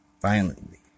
violently